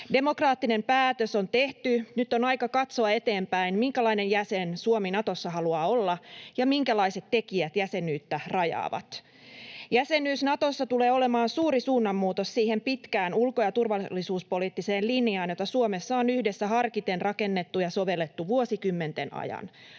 Demokraattinen päätös on tehty, ja nyt on aika katsoa eteenpäin, minkälainen jäsen Suomi Natossa haluaa olla ja minkälaiset tekijät jäsenyyttä rajaavat. Jäsenyys Natossa tulee olemaan suuri suunnanmuutos siihen pitkään ulko- ja turvallisuuspoliittiseen linjaan, jota Suomessa on yhdessä harkiten rakennettu ja sovellettu vuosikymmenten ajan.